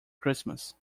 christmas